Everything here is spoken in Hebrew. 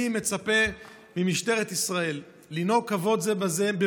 אני מצפה ממשטרת ישראל לנהוג כבוד זה בזה,